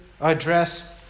address